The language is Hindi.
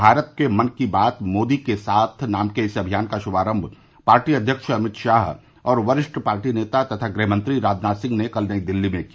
भारत के मन की बात मोदी के साथ नाम के इस अभियान का शुभारम्भ पार्टी अध्यक्ष अमित शाह और वरिष्ठ पार्टी नेता तथा गृहमंत्री राजनाथ सिंह ने कल नई दिल्ली में किया